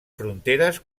fronteres